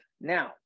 Now